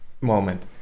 moment